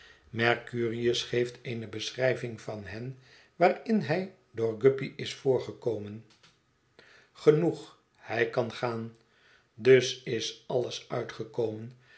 mercurius geeft eene beschrijving van hen waarin hij door guppy is voorgekomen genoeg hij kan gaan dus is alles uitgekomen